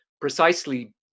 precisely